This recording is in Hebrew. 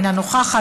אינה נוכחת,